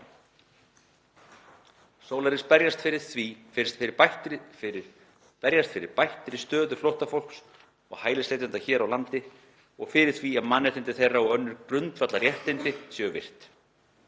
Solaris berjast fyrir bættri stöðu flóttafólks og hælisleitenda hér á landi og fyrir því að mannréttindi þeirra og önnur grundvallarréttindi séu virt.